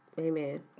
Amen